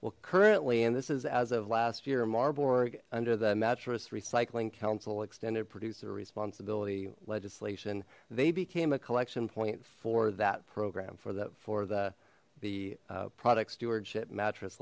well currently and this is as of last year marburg under the mattress recycling council extended producer responsibility legislation they became a collection point for that program for that for the the product stewardship mattress